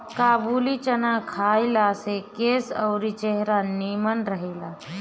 काबुली चाना खइला से केस अउरी चेहरा निमन रहेला